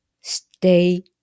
stay